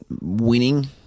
winning